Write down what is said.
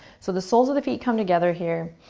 so the soles of the feet come together, here.